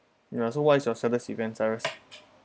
ya so what's your saddest event cyrus